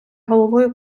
головою